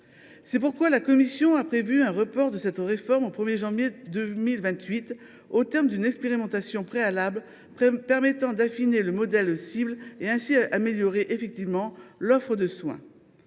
C’est pourquoi la commission a prévu un report de cette réforme au 1 janvier 2028, au terme d’une expérimentation préalable permettant d’affiner le modèle cible et ainsi améliorer effectivement l’offre de soins.